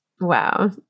Wow